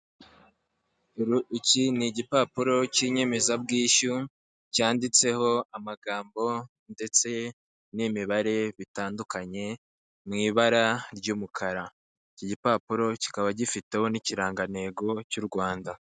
Iki ni igipapuro cy'inyemezabwishyu cyanditseho amagambo ndetse n'imibare bitandukanye mu ibara ry'umukara. Iki gipapuro kikaba gifiteho n'ikirangantego cy'u Rwanda.